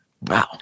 wow